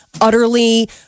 utterly